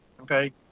okay